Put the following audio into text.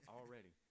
Already